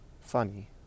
Funny